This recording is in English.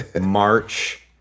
March